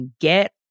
get